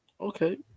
Okay